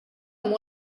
amb